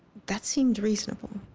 that seemed reasonable.